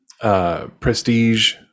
prestige